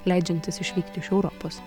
leidžiantis išvykti iš europos